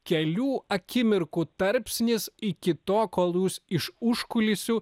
kelių akimirkų tarpsnis iki to kol jūs iš užkulisių